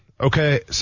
okay